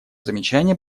замечания